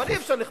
מאה אחוז.